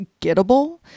gettable